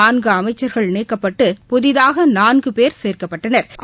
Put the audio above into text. நான்குஅமைச்சா்கள் நீக்கப்பட்டு புதிதாகநான்குபோ் சேர்க்கப்பட்டனா்